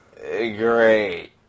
Great